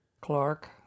Clark